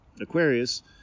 Aquarius